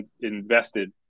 invested